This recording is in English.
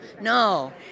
no